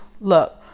look